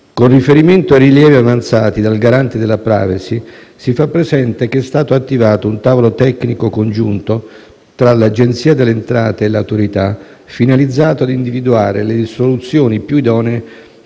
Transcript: Con riferimento ai rilievi avanzati dal Garante della *privacy*, si fa presente che è stato attivato un tavolo tecnico congiunto tra l'Agenzia delle entrate e l'Autorità, finalizzato a individuare le soluzioni più idonee